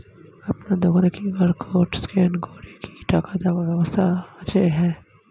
আপনার দোকানে QR code scan করে কি টাকা দেওয়ার ব্যবস্থা আছে?